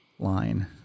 line